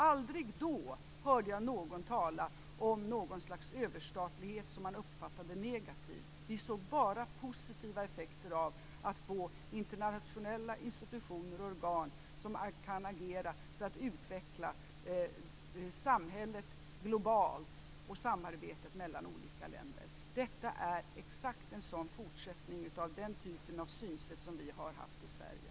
Aldrig hörde jag då någon tala om något slags överstatlighet som man uppfattade negativt. Ni såg bara positiva effekter av att få internationella institutioner och organ som kunde agera för att utveckla samhället globalt och samarbetet mellan olika länder. Detta är en exakt fortsättning på den typen av synsätt som vi har haft i Sverige.